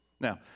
Now